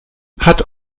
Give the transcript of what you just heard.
hat